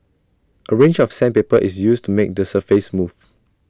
A range of sandpaper is used to make the surface smooth